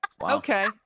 Okay